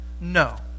no